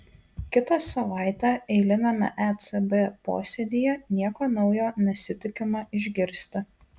kitą savaitę eiliniame ecb posėdyje nieko naujo nesitikima išgirsti